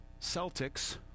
Celtics